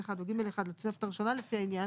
ב'1 או ג'1 לתוספת הראשונה לפי העניין,